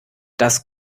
das